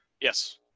yes